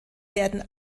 werden